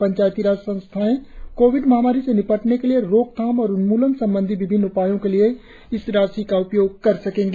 पंचायती राज संस्थाएं कोविड महामारी से निपटने के लिए रोकथाम और उन्मूलन संबंधी विभिन्न उपायों के लिए इस राशि का उपयोग कर सकेंगी